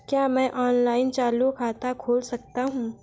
क्या मैं ऑनलाइन चालू खाता खोल सकता हूँ?